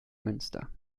münster